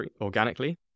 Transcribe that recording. organically